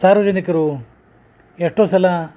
ಸಾರ್ವಜನಿಕರು ಎಷ್ಟೋ ಸಲ